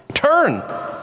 Turn